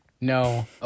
No